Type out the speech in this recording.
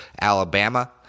Alabama